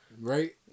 Right